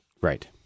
Right